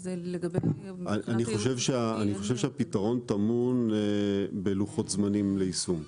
זה יהיה --- אני חושב שהפתרון טמון בלוחות זמנים ליישום.